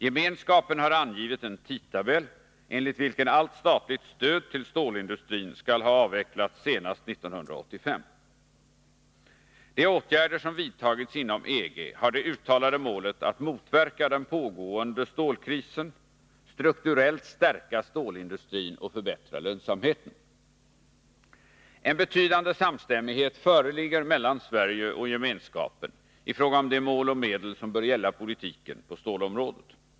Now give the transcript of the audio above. Gemenskapen har angivit en tidtabell, enligt vilken allt statligt stöd till stålindustrin skall ha avvecklats senast 1985. De åtgärder som vidtagits inom EG har det uttalade målet att motverka den pågående stålkrisen, strukturellt stärka stålindustrin och förbättra lönsamheten. En betydande samstämmighet föreligger mellan Sverige och Gemenskapen i fråga om de mål och medel som bör gälla politiken på stålområdet.